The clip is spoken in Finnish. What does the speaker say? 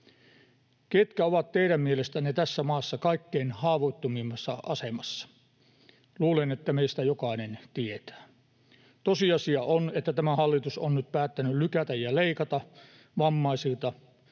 Ketkä ovat teidän mielestänne tässä maassa kaikkein haavoittuvimmassa asemassa? Luulen, että meistä jokainen tietää. Tosiasia on, että tämä hallitus on nyt päättänyt lykätä tätä ja leikata vammaisilta.